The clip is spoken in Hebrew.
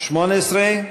18?